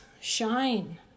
shine